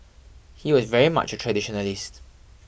he was very much a traditionalist